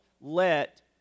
let